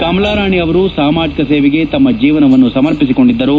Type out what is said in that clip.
ಕಮಲಾ ರಾಣಿ ಅವರು ಸಾಮಾಜಕ ಸೇವೆಗೆ ತಮ್ನ ಜೀವನವನ್ನು ಸಮರ್ಪಿಸಿಕೊಂಡಿದ್ದರು